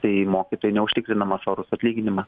tai mokytojui neužtikrinamas orus atlyginima